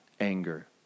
anger